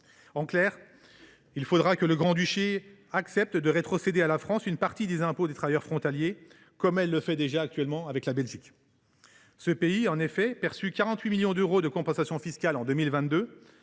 En clair, il faudra que le Grand Duché accepte de rétrocéder à la France une partie des impôts des travailleurs frontaliers, comme il le fait déjà avec la Belgique. En effet, le Luxembourg a perçu 48 millions d’euros de compensation fiscale en 2022,